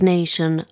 Nation